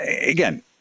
again